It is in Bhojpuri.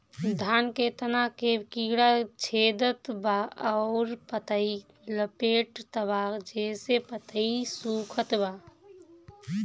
धान के तना के कीड़ा छेदत बा अउर पतई लपेटतबा जेसे पतई सूखत बा?